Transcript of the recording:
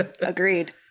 Agreed